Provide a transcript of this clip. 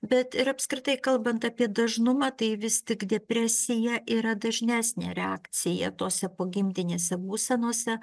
bet ir apskritai kalbant apie dažnumą tai vis tik depresija yra dažnesnė reakcija tose po gimdinėse būsenose